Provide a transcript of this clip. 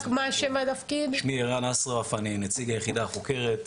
אני נציג היחידה החוקרת,